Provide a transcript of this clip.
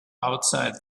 outside